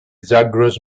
zagros